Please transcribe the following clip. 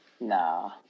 Nah